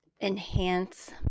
enhance